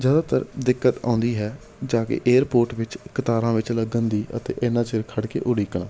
ਜ਼ਿਆਦਾਤਰ ਦਿੱਕਤ ਆਉਂਦੀ ਹੈ ਜਾ ਕੇ ਏਅਰਪੋਰਟ ਵਿੱਚ ਕਤਾਰਾਂ ਵਿੱਚ ਲੱਗਣ ਦੀ ਅਤੇ ਇੰਨਾਂ ਚਿਰ ਖੜ੍ਹ ਕੇ ਉਡੀਕਣਾ